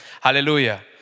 hallelujah